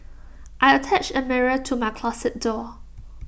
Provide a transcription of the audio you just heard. I attached A mirror to my closet door